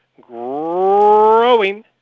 growing